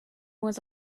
was